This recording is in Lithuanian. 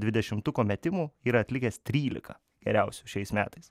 dvidešimtuko metimų yra atlikęs trylika geriausių šiais metais